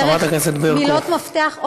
דרך מילות מפתח -- תודה,